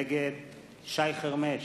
נגד שי חרמש,